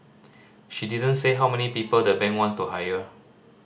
she didn't say how many people the bank wants to hire